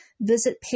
Visit